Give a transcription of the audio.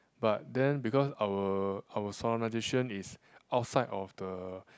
but then because our our solemnization is outside of the